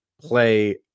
play